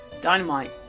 Dynamite